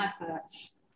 adverts